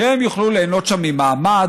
שהם יוכלו ליהנות שם ממעמד.